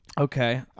Okay